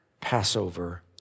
Passover